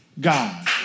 God